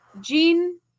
Jean